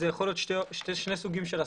יכולים להיות שני סוגים של עסקים.